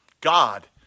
God